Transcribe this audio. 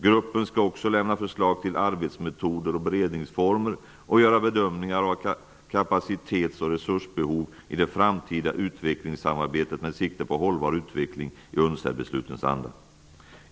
Gruppen skall också lämna förslag till arbetsmetoder och beredningsformer och göra bedömningar av kapacitets och resursbehov i det framtida utvecklingssamarbetet med sikte på hållbar utveckling i UNCED-beslutens anda.